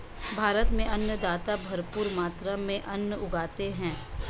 भारत में अन्नदाता भरपूर मात्रा में अन्न उगाते हैं